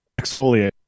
Exfoliate